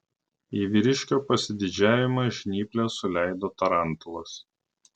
į vyriškio pasididžiavimą žnyples suleido tarantulas